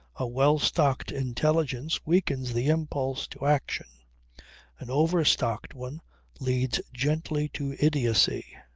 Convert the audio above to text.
a well-stocked intelligence weakens the impulse to action an overstocked one leads gently to idiocy.